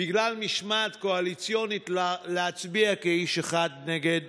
בגלל משמעת קואליציונית, להצביע כאיש אחד נגד